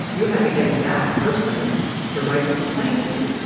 you had to get that person to write the complaint for you.